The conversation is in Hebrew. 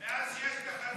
מאז יש תחנות יש יותר רציחות.